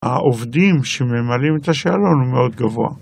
העובדים שממלאים את השאלון הוא מאוד גבוה.